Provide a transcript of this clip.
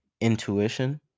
intuition